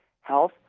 health